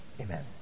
Amen